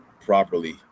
properly